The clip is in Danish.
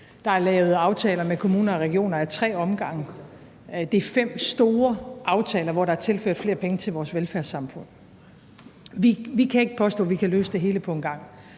Der er lavet aftaler med kommuner og regioner ad tre omgange. Det er fem store aftaler, hvor der er tilført flere penge til vores velfærdssamfund. Vi kan ikke påstå, at vi kan løse det hele på en gang,